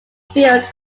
built